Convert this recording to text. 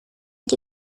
que